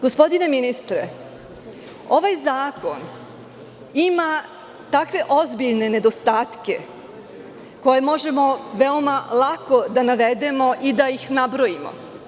Gospodine ministre, ovaj zakon ima takve ozbiljne nedostatke koje možemo veoma lako da navedemo i da ih nabrojimo.